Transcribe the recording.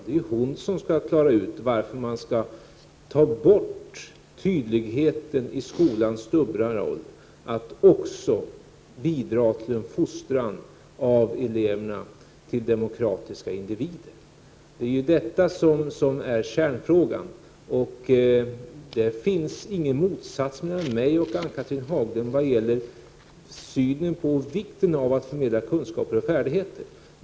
Det är fru Haglund som skall klara ut varför man skall ta bort tydligheten i skolans dubbla roll att också bidra till en fostran av eleverna till demokratiska individer. Det är detta som är kärnfrågan. Det finns ingen motsats mellan mig och Ann-Cathrine Haglund vad gäller synen på vikten av att förmedla kunskaper och färdigheter.